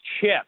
chip